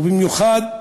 ובמיוחד